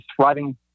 thriving